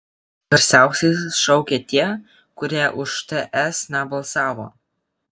garsiausiai šaukia tie kurie už ts nebalsavo